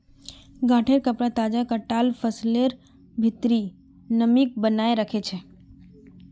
गांठेंर कपडा तजा कटाल फसलेर भित्रीर नमीक बनयें रखे छै